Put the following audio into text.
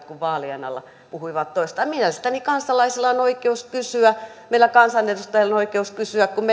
kun vaalien alla puhuivat toista mielestäni kansalaisilla on oikeus kysyä meillä kansanedustajilla on oikeus kysyä kun